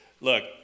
look